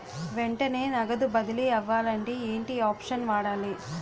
వెంటనే నగదు బదిలీ అవ్వాలంటే ఏంటి ఆప్షన్ వాడాలి?